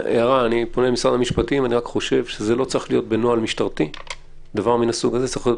אני חושב שבחדירה לתחום הפרט בדבר כזה,